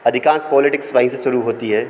अधिकांश पॉलिटिक्स वहीं से शुरू होती हैं